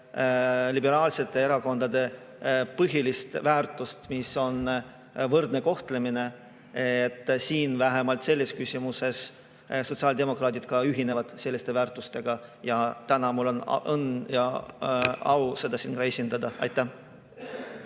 liberaalsete erakondade põhilist väärtust, mis on võrdne kohtlemine. Vähemalt selles küsimuses sotsiaaldemokraadid ühinevad sellise väärtusega ja täna mul on õnn ja au seda siin esindada. Aitäh,